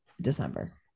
December